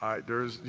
there's you